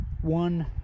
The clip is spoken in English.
one